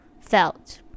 felt